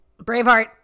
Braveheart